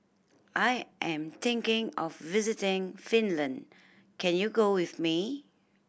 I am thinking of visiting Finland can you go with me